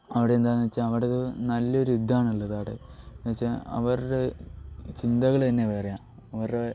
അവിടെ എന്താണെന്ന് വച്ചാൽ അവിടെ നല്ല ഒരു ഇതാണ് ഉള്ളത് അവിടെ എന്നു വച്ചാൽ അവരുടേ ചിന്തകൾ തന്നെ വേറെയാണ് അവരുടെ